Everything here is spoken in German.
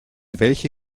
welche